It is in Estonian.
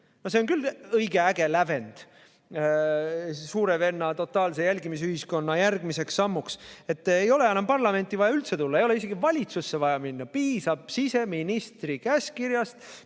see on küll õige äge lävend suure venna, totaalse jälgimisühiskonna järgmiseks sammuks: ei ole enam üldse vaja parlamenti tulla, ei ole isegi valitsusse vaja minna, piisab siseministri käskkirjast,